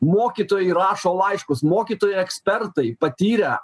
mokytojai rašo laiškus mokytojai ekspertai patyrę